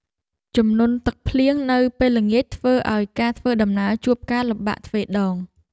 ជំនន់ទឹកភ្លៀងនៅពេលល្ងាចធ្វើឱ្យការធ្វើដំណើរជួបការលំបាកទ្វេដង។